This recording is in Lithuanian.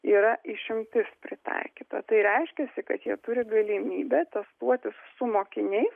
yra išimtis pritaikyta tai reiškiasi kad jie turi galimybę testuotis su mokiniais